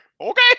Okay